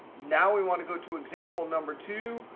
now we want to go to example number two.